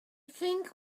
think